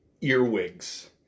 earwigs